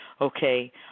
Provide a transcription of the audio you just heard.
Okay